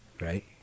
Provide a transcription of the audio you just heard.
Right